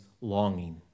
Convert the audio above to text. longing